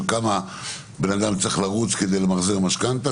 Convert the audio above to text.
של כמה בן אדם צריך לרוץ כדי למחזר משכנתה,